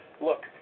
Look